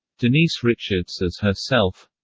denise richards as herself